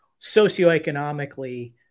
socioeconomically